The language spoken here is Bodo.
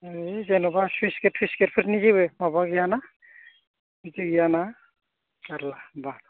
ऐ जेनबा सुइस गेट थुइस गेटफोरनि जेबो माबा गैयाना बिदि गैयाना जारला होमबा